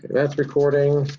that's recording.